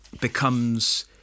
Becomes